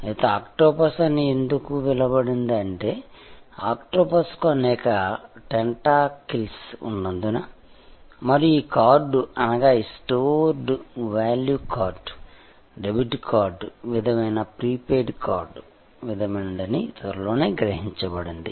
అయితే ఆక్టోపస్ అని ఎందుకు పిలవబడింది అంటే ఆక్టోపస్కు అనేక టెంటాకిల్స్ ఉన్నందున మరియు ఈ కార్డ్ అనగా ఈ stored value card debit card విధమైన ప్రీపెయిడ్ కార్డ్ విధమైనదని త్వరలోనే గ్రహించబడింది